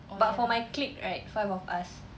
but for my clique right five of us